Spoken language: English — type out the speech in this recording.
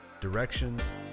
directions